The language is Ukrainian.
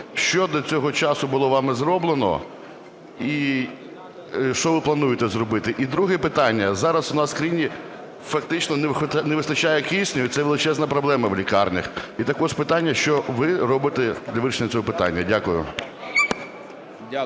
Що до цього часу було вами зроблено і що ви плануєте зробити? І друге питання. Зараз у нас в країні фактично не вистачає кисню, і це величезна проблема в лікарнях. І також питання: що ви робите для вирішення цього питання. Дякую.